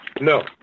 No